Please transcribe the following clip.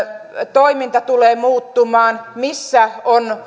toiminta tulee muuttumaan missä on